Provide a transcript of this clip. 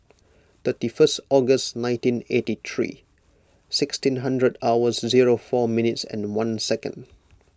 thirty first August nineteen eighty three sixteen hundred hours zero four minutes and one second